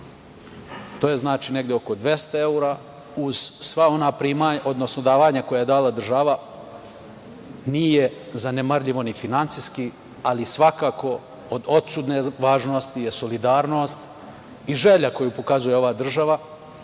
To je znači negde oko dvesta evra uz sva ona primanja, odnosno davanja koje je dala država, a nije zanemarljivo ni finansijski, ali svakako od odsutne važnosti je solidarnost i želja koju pokazuje ova država